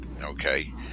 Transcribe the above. Okay